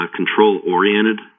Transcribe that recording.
control-oriented